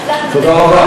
תודה רבה.